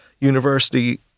University